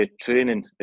training